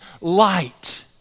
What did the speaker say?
light